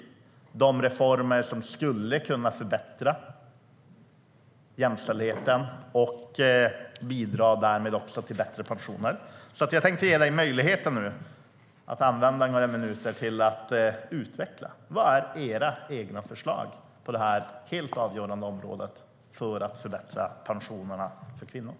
Hur är det med de reformer som skulle kunna förbättra jämställdheten och därmed bidra till bättre pensioner? Jag tänkte ge dig möjligheten att använda några minuter till att utveckla detta. Vad är era egna förslag på detta område som är helt avgörande för att förbättra pensionerna för kvinnor?